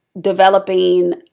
developing